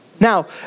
Now